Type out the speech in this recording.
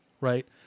right